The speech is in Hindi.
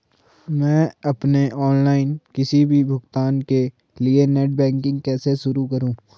मैं अपने ऑनलाइन किसी भी भुगतान के लिए नेट बैंकिंग कैसे शुरु करूँ?